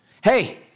Hey